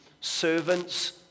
servants